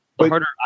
harder